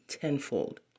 tenfold